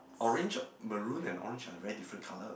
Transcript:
orange maroon and orange are very different colour